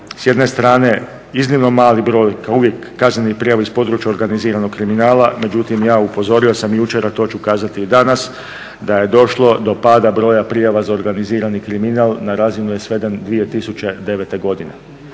s jedne strane iznimno mali broj kao i uvijek kaznenih prijava iz područja organiziranog kriminala, međutim ja sam upozorio sam jučer, a to ću kazati i danas da je došlo do pada broja prijava za organizirani kriminal. Na razinu je sveden 2009. godine.